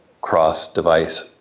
cross-device